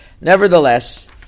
Nevertheless